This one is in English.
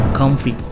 comfy